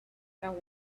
other